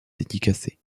dédicacée